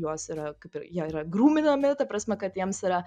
juos yra kaip ir jie yra grūminami ta prasme kad jiems yra